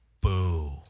boo